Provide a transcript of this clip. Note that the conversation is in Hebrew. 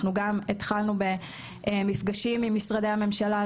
אנחנו גם התחלנו במפגשים עם משרדי הממשלה,